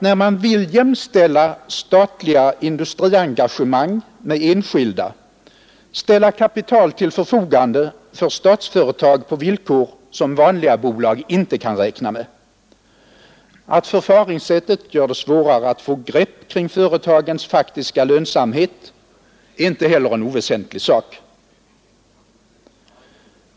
När man vill jämställa statliga industriengagemang med enskilda kan det inte vara riktigt att ställa kapital till förfogande för statsföretagen på villkor som vanliga bolag inte kan räkna med. Att förfaringssättet gör det svårare att få grepp om företagens faktiska lönsamhet är inte heller oväsentligt.